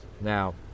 Now